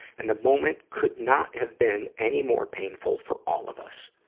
and the moment could not have been any more painful for all of us,